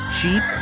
sheep